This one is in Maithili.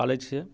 पालै छिये